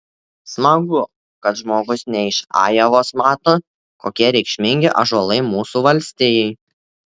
smagu kad žmogus ne iš ajovos mato kokie reikšmingi ąžuolai mūsų valstijai